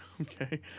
Okay